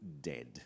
dead